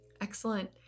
Excellent